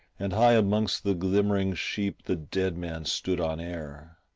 and high amongst the glimmering sheep the dead man stood on air.